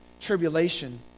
tribulation